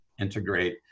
integrate